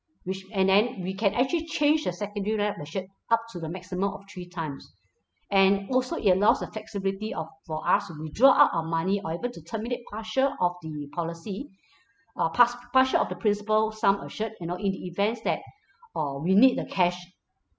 which and then we can actually change the secondary life assured up to the maximum of three times and also it allows the flexibility of for us to withdraw out our money or even to terminate partial of the policy uh past partial of the principal sum assured you know in the events that uh we need the cash